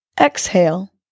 exhale